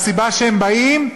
והסיבה שהם באים,